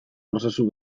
prozesu